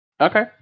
Okay